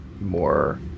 more